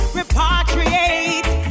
repatriate